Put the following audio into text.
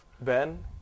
Ben